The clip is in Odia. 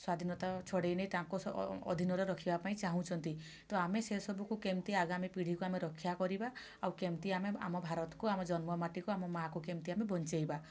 ସ୍ୱାଧିନତା ଛଡ଼େଇ ନେଇ ତାଙ୍କ ଅଧିନରେ ରଖିବା ପାଇଁ ଚାହୁଁଛନ୍ତି ତ ଆମେ ସେସବୁକୁ କେମିତି ଆଗାମୀ ପିଢ଼ିକୁ ଆମେ ରକ୍ଷା କରିବା ଆଉ କେମିତି ଆମେ ଆମ ଭାରତକୁ ଆମ ଜନ୍ମ ମାଟିକୁ ଆମ ମା' କୁ କେମିତି ଆମେ ବଞ୍ଚେଇବା